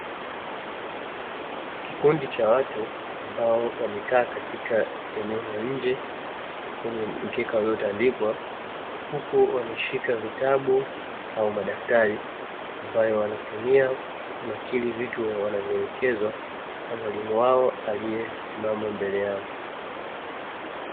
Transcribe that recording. Kikundi cha watu ambao wamekaa katika eneo la nje kwenye mkeka uliotandikwa, huku wameshika vitabu au madaftari. Ambayo wanatumia kunakiri vitu wanavoelekezwa na mwalimu wao aliyesimama mbele yao.